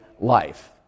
life